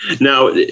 Now